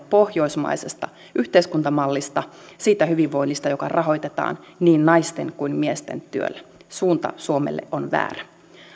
pohjoismaisesta yhteiskuntamallista siitä hyvinvoinnista joka rahoitetaan niin naisten kuin miesten työllä suunta suomelle on väärä